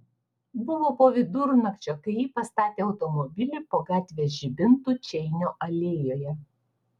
buvo po vidurnakčio kai ji pastatė automobilį po gatvės žibintu čeinio alėjoje